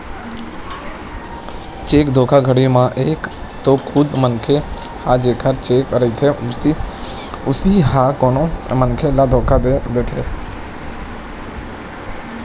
cheque धोखाघड़ी म एक तो खुदे मनखे ह जेखर चेक रहिथे उही ह कोनो मनखे ल धोखा दे देथे